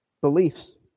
beliefs